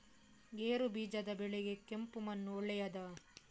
ಗೇರುಬೀಜದ ಬೆಳೆಗೆ ಕೆಂಪು ಮಣ್ಣು ಒಳ್ಳೆಯದಾ?